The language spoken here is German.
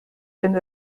ein